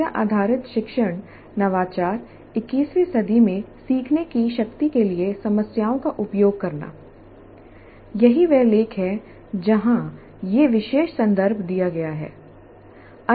समस्या आधारित शिक्षण नवाचार 21 वीं सदी में सीखने की शक्ति के लिए समस्याओं का उपयोग करना यही वह लेख है जहां यह विशेष संदर्भ दिया गया है